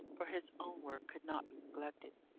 for his own work could not be neglected.